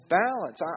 balance